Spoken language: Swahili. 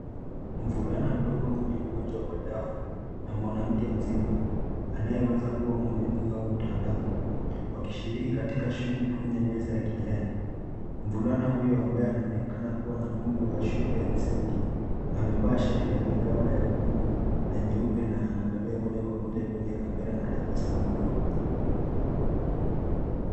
Mvulana mdogo mwenye ugonjwa wa down na mwanamke mzima anayeweza kuwa mwalimu au mtaalamu wakishiriki katika shughuli kwenye meza ya kijani. Mvulana huyo ambaye anaonekana kuwa na umri wa shule ya msingi amevaa shati la miraba ya buluu na nyeupe na anaangalia moja kwa moja kwenye kamera na tabasamu ndogo.